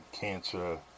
cancer